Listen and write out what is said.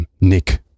nick